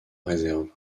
réserve